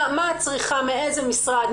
מה את צריכה מאיזה משרד,